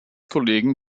kollegen